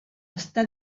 està